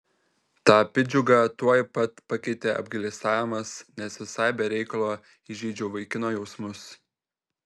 tą piktdžiugą tuoj pat pakeitė apgailestavimas nes visai be reikalo įžeidžiau vaikino jausmus